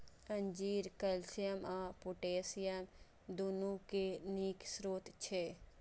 अंजीर कैल्शियम आ पोटेशियम, दुनू के नीक स्रोत छियै